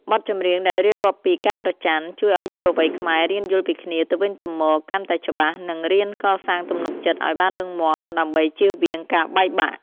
បទចម្រៀងដែលរៀបរាប់ពី "ការប្រច័ណ្ឌ" ជួយឱ្យយុវវ័យខ្មែររៀនយល់ពីចិត្តគ្នាទៅវិញទៅមកកាន់តែច្បាស់ និងរៀនកសាងទំនុកចិត្តឱ្យបានរឹងមាំដើម្បីចៀសវាងការបែកបាក់។